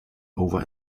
over